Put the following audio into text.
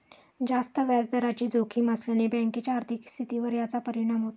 जास्त व्याजदराची जोखीम असल्याने बँकेच्या आर्थिक स्थितीवर याचा परिणाम होतो